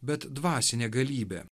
bet dvasinė galybė